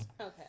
Okay